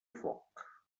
foc